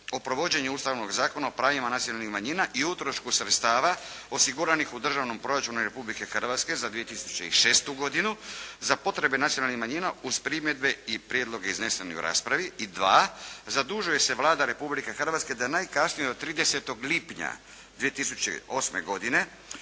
o provođenju Ustavnog zakona o pravima nacionalnih manjina i utrošku sredstava osiguranih u državnom proračunu Republike Hrvatske za 2006. godinu za potrebe nacionalnih manjina uz primjedbe i prijedloge iznesene u raspravi, 2. Zadužuje se Vlada Republike Hrvatske da najkasnije do 30. lipnja 2008. godine